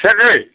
सेरनै